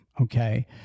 okay